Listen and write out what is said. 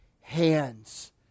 hands